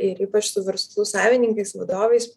ir ypač tų verslų savininkais vadovais